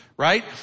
Right